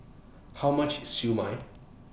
How much IS Siew Mai